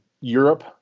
Europe